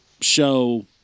show